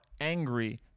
angry